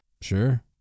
Sure